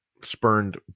spurned